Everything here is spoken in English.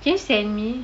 can you send me